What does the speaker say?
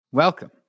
Welcome